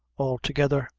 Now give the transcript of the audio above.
altogether,